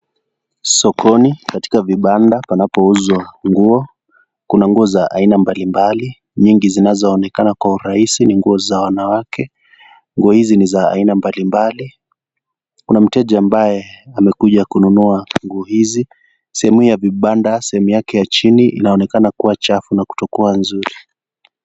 Sokoni, katika vibanda panapouzwa nguo. Kuna nguo za aina mbalimbali, nyingi zinazoonekana kwa urahisi ni nguo za wanawake. Nguo hizi ni za aina mbalimbali. Kuna mteja ambaye amekuja kununua nguo hizi. Sehemu ya vibanda, sehemu yake ya chini inaonekana kuwa chafu na kutokuwa nzuri.